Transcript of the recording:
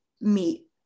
meet